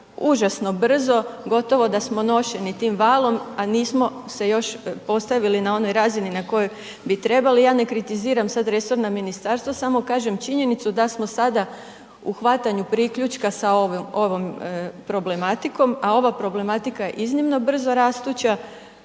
užasno brzo, gotovo da smo nošeni tim valom, a nismo se još postavili na onoj razini na kojoj bi trebali. Ja ne kritiziram sada resorna ministarstva, samo kažem činjenicu da smo sada u hvatanju priključka sa ovom problematiko, a ova problematika je iznimno brzo rastuća,